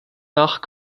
nach